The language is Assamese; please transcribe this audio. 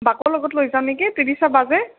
বাকো লগত লৈ যাম নেকি বিদিশা বা যে